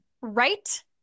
Right